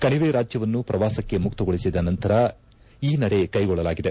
ಕಣಿವೆ ರಾಜ್ಯವನ್ನು ಪ್ರವಾಸಕ್ಕೆ ಮುಕ್ತಗೊಳಿಸಿದ ನಂತರ ಈ ನಡೆ ಕೈಗೊಳ್ಳಲಾಗಿದೆ